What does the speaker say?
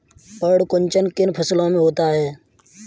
पर्ण कुंचन किन फसलों में होता है?